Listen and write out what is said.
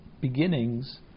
beginnings